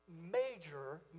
major